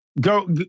go